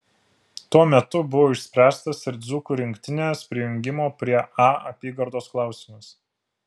tuo metu buvo išspręstas ir dzūkų rinktinės prijungimo prie a apygardos klausimas